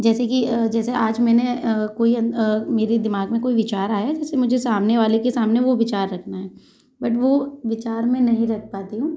जैसे कि अ जैसे आज मैंने अ कोई अन अ मेरे दिमाग में कोई विचार आया जैसे मुझे सामने वाले के सामने वो विचार रखना है बट वो विचार मैं नहीं रख पाती हूँ